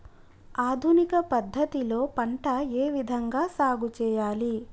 ఆధునిక పద్ధతి లో పంట ఏ విధంగా సాగు చేయాలి?